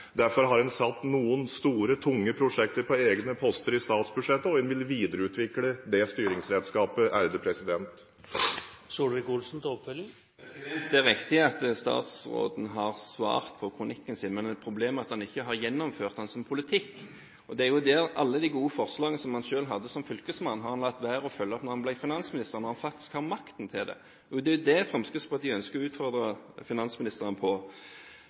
Derfor har man satt noen store, tunge prosjekter på egne poster i statsbudsjettet, og man vil videreutvikle det styringsredskapet. Det er riktig at statsråden har svart på kronikken sin. Problemet er at han ikke har gjennomført den som politikk. Alle de gode forslagene han selv hadde som fylkesmann, har han latt være å følge opp som finansminister, når han faktisk har makten til det. Det er det Fremskrittspartiet ønsker å utfordre finansministeren på.